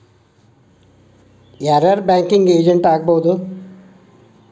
ಯಾರ್ ಯಾರ್ banking agent ಆಗ್ಬಹುದು?